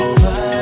Over